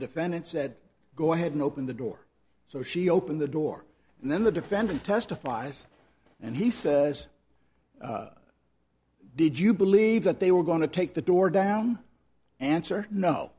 defendant said go ahead and open the door so she opened the door and then the defendant testifies and he says did you believe that they were going to take the door down answer no